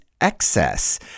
excess